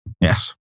Yes